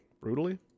Brutally